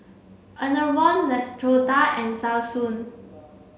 Enervon Neostrata and Selsun